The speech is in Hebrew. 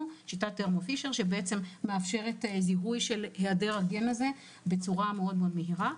פישר שמאפשרת זיהוי של היעדר הגן הזה בצורה מאוד מהירה.